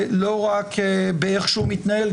לא רק איך שהוא מתנהל,